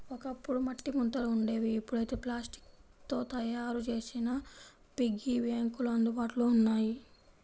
ఒకప్పుడు మట్టి ముంతలు ఉండేవి ఇప్పుడైతే ప్లాస్టిక్ తో తయ్యారు చేసిన పిగ్గీ బ్యాంకులు అందుబాటులో ఉన్నాయి